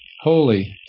Holy